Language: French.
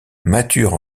matures